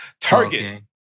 Target